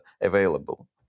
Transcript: available